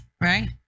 Right